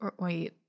wait